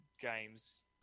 games